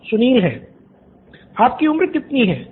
student 1 आपकी उम्र कितनी है